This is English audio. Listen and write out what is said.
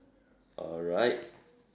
alright